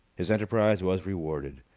his enterprise was rewarded.